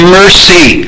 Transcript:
mercy